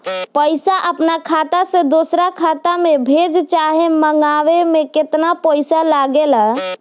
पैसा अपना खाता से दोसरा खाता मे भेजे चाहे मंगवावे में केतना पैसा लागेला?